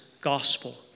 gospel